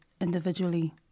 individually